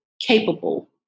capable